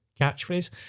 catchphrase